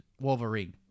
Wolverine